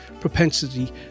propensity